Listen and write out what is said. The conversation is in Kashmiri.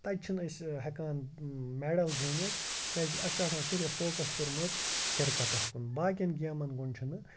تَتہِ چھِنہٕ أسۍ ہٮ۪کان مٮ۪ڈَل زیٖنِتھ کیٛازِ اَسہِ چھُ آسان صِرف فوکَس کوٚرمُت کِرکَٹَس کُن باقَن گیمَن کُن چھُنہٕ